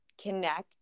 connect